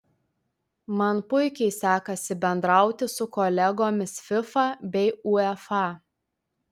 man puikiai sekasi bendrauti su kolegomis fifa bei uefa